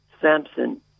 Samson